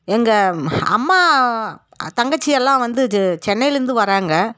எங்கள் அம்மா தங்கச்சி எல்லாம் வந்து ஜு சென்னைலிருந்து வராங்க